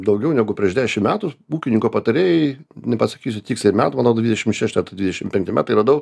daugiau negu prieš dešim metų ūkininko patarėjuj nepasakysiu tiksliai metų man rodos dvidešim šešti ar tai dvidešim penkti metai radau